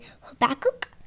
Habakkuk